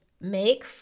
make